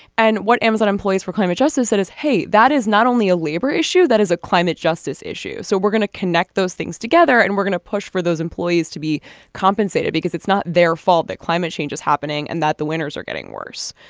and what amazon employees for climate justice said is hey that is not only a labor issue that is a climate justice issue. so we're going to connect those things together and we're going to push for those employees to be compensated because it's not their fault that climate change is happening and that the winters are getting worse.